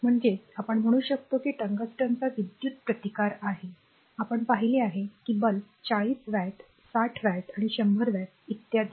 म्हणजेच आपण म्हणू शकतो की टंगस्टनला विद्युत प्रतिकार आहे आपण पाहिले आहे की बल्ब 40 वॅट 60 वॅट आणि 100 वॅट इत्यादी